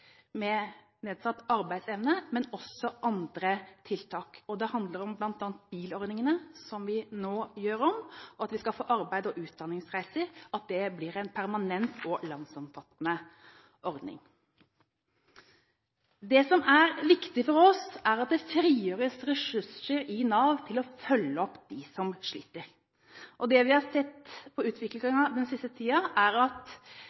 med nedsatt arbeidsevne, men også andre tiltak. Det handler bl.a. om bilordningene, som vi nå gjør om, og at vi skal få arbeids- og utdanningsreiser, at det blir en permanent og landsomfattende ordning. Det som er viktig for oss, er at det frigjøres ressurser i Nav til å følge opp dem som sliter. Det vi har sett på utviklingen den siste tiden, er at